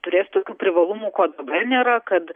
turės tokių privalumų ko dabar nėra kad